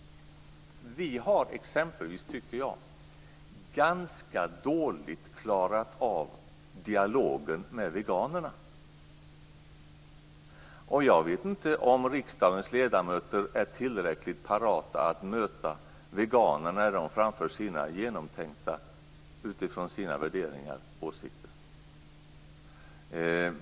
Jag tycker t.ex. att vi har klarat av dialogen med veganerna ganska dåligt. Jag vet inte om riksdagens ledamöter är tillräckligt parata att möta veganer när de framför sina, utifrån sina värderingar, genomtänkta åsikter.